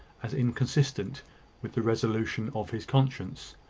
as inconsistent with the resolution of his conscience.